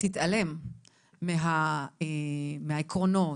תתעלם מהעקרונות,